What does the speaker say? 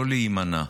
ולא להימנע.